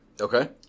Okay